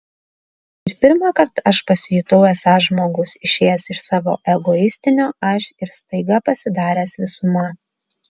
ir pirmą kartą aš pasijutau esąs žmogus išėjęs iš savo egoistinio aš ir staiga pasidaręs visuma